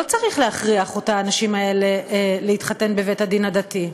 לא צריך להכריח את האנשים האלה להתחתן בבית-הדין הדתי.